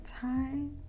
time